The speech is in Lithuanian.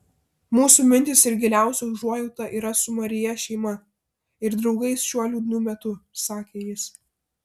mūsų mintys ir giliausia užuojauta yra su maryje šeima ir draugais šiuo liūdnu metu sakė jis